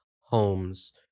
homes